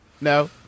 No